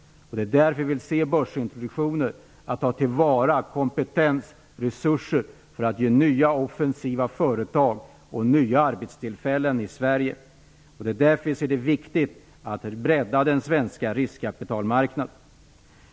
Det är därför vi vill ha börsintroduktionen, för att ta till vara kompetens och resurser, för att ge nya offensiva företag och nya arbetstillfällen i Sverige. Det är därför vi anser det viktigt att bredda den svenska riskkapitalmarknaden.